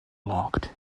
locked